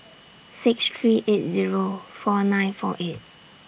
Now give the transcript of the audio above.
six three eight Zero four nine four eight